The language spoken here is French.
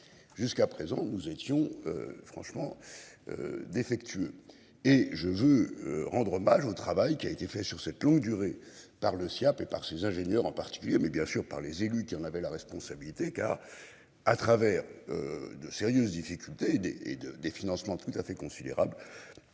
Jusqu'à présent nous étions. Franchement. Défectueux et je veux rendre hommage au travail qui a été fait sur cette longue durée par le Siaap et par ses ingénieurs en particulier. Mais bien sûr par les élus qui en avait la responsabilité car à travers. De sérieuses difficultés et de des financements tout à fait considérable.